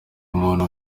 umuntu